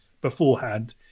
beforehand